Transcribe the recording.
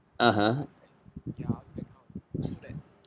(uh huh)